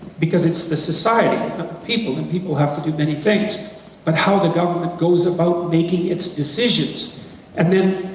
because it's the society of people and people have to do many things but how the government goes about in making its decisions and then,